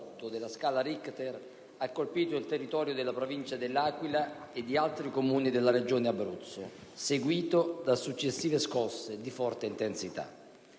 grazie